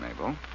Mabel